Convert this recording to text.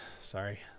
sorry